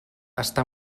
està